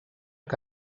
que